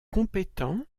compétent